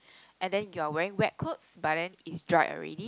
and then your wearing wet clothes but then it's dried already